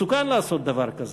מסוכן לעשות דבר כזה.